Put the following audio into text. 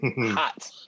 hot